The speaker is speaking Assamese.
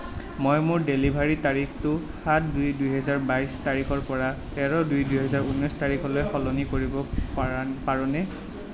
মই মোৰ ডেলিভাৰীৰ তাৰিখটো সাত দুই দুই হাজাৰ বাইশ তাৰিখৰ পৰা তেৰ দুই দুই হাজাৰ ঊনৈছ তাৰিখলৈ সলনি কৰিব পাৰোঁনে